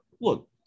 look